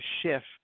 shift